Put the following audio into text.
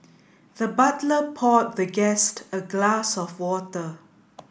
the butler poured the guest a glass of water